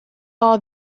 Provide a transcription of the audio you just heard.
all